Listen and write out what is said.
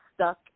stuck